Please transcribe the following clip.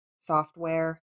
software